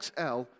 XL